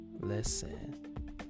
listen